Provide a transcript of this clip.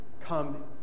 come